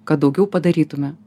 kad daugiau padarytume